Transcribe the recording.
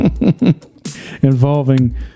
Involving